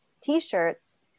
t-shirts